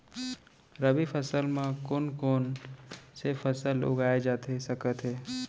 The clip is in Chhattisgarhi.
रबि फसल म कोन कोन से फसल उगाए जाथे सकत हे?